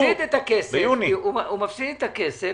הוא מפסיד את הכסף